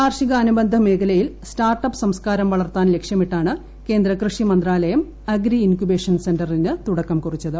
കാർഷികാനുബന്ധ മേഖലയിൽ start up സംസ്കാരം വളർത്താൻ ലക്ഷ്യമിട്ടാണ് കേന്ദ്ര കൃഷി മന്ത്രാ ലയം അഗ്രി ഇൻക്യുബേഷൻ സെന്ററിന് തുടക്കം കുറിച്ചത്